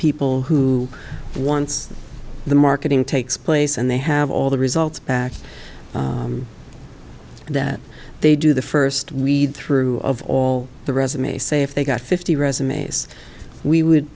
people who wants the marketing take place and they have all the results back that they do the first read through of all the resume say if they got fifty resumes we would